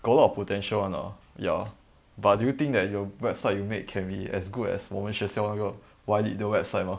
got a lot of potential [one] ah ya but do you think that your website you made can be as good as 我们学校那个 Y lead 的 website mah